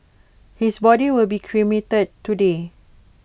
his body will be cremated today